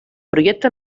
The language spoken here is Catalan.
projecte